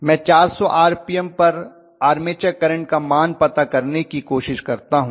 मैं 400 आरपीएम पर armature current का मान पता करने की कोशिश करता हूं